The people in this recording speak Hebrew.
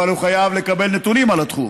אבל הוא חייב לקבל נתונים על התחום.